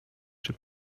czy